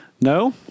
No